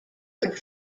wood